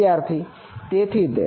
વિદ્યાર્થી તેથી તે